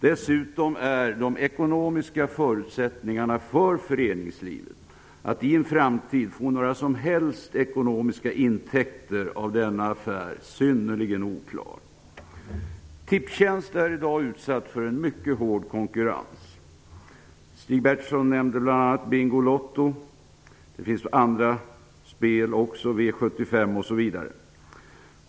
Dessutom är de ekonomiska förutsättningarna för föreningslivet att i en framtid få några som helst ekonomiska intäkter av denna affär synnerligen oklara. Tipstjänst är i dag utsatt för en mycket hård konkurrens. Stig Bertilsson nämnde bl.a. Bingolotto. Det finns andra spel också, V 75 osv.